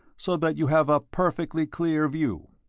so that you have a perfectly clear view.